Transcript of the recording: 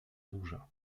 burza